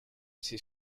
ses